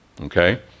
Okay